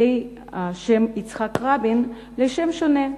"יצחק רבין", לשם שונה,